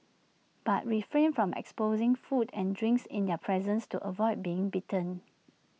but refrain from exposing food and drinks in their presence to avoid being bitten